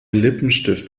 lippenstift